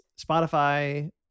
Spotify